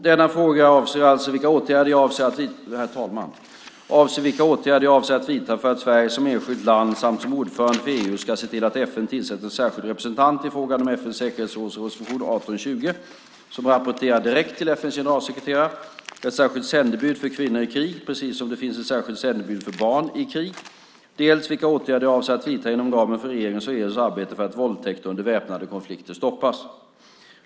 Herr talman! Denna fråga gäller dels vilka åtgärder jag avser att vidta för att Sverige som enskilt land samt som ordförande för EU ska se till att FN tillsätter en särskild representant i frågan om FN:s säkerhetsresolution 1820, som rapporterar direkt till FN:s generalsekreterare, ett särskilt sändebud för kvinnor i krig, precis som det finns ett särskilt FN-sändebud för barn i krig, dels vilka åtgärder jag avser att vidta inom ramen för regeringens och EU:s arbete för att våldtäkter under väpnade konflikter stoppas.